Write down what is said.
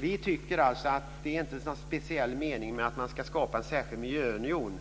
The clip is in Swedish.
Vi tycker inte att det finns någon speciell mening med att skapa en särskild miljöunion.